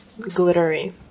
glittery